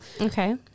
Okay